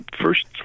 first